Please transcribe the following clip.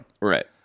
Right